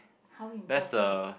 how important